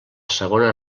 segona